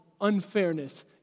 unfairness